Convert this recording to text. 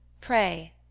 Pray